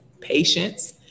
patience